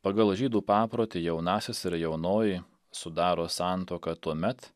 pagal žydų paprotį jaunasis ir jaunoji sudaro santuoką tuomet